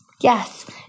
Yes